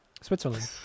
Switzerland